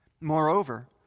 Moreover